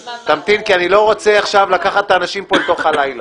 כי אני לא רוצה עכשיו לקחת את האנשים אל תוך הלילה.